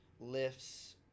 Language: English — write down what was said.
lifts